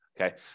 Okay